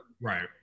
right